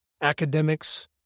academics